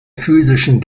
physischen